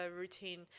routine